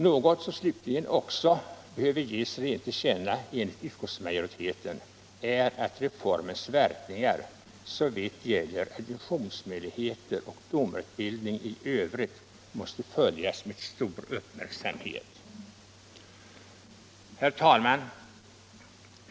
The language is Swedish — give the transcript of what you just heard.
Något som slutligen också behöver ges regeringen till känna enligt utskottsmajoriteten är att reformens verkningar såvitt gäller adjunktionsmöjligheter och domarutbildning i övrigt måste följas med stor uppmärksamhet. Herr talman!